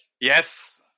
yes